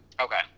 Okay